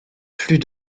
plus